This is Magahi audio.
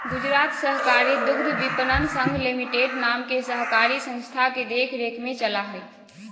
गुजरात सहकारी दुग्धविपणन संघ लिमिटेड नाम के सहकारी संस्था के देख रेख में चला हइ